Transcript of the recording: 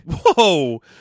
Whoa